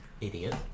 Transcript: Idiot